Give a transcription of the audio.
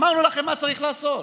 אמרנו לכם מה צריך לעשות.